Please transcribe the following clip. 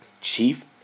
Chief